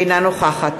אינה נוכחת